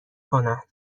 کنن